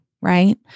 right